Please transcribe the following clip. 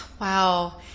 Wow